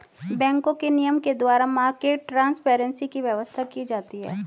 बैंकों के नियम के द्वारा मार्केट ट्रांसपेरेंसी की व्यवस्था की जाती है